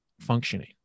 functioning